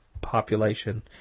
population